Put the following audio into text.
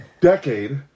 decade